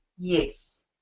Yes